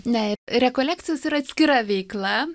ne rekolekcijos yra atskira veikla